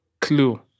Clue